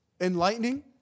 enlightening